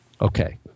Okay